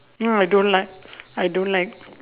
oh I don't like I don't like